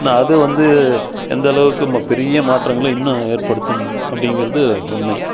நான் அது வந்து எந்தளவுக்கு ம பெரிய மாற்றங்களை இன்னும் ஏற்படுத்தும் அப்படிங்கிறது உண்மை